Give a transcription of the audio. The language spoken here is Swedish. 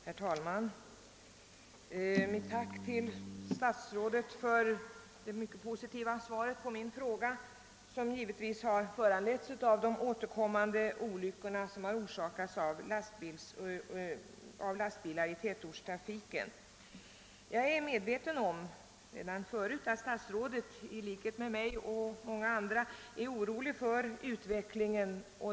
Herr talman! Jag får tacka statsrådet för det mycket positiva svaret på min fråga, som givetvis har föranletts av de återkommande olyckor som orsakats av lasbilar i tätortstrafiken. Jag är redan förut medveten om att statsrådet i likhet med mig och många andra är orolig för utvecklingen.